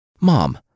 Mom